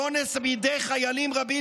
אונס בידי חיילים רבים,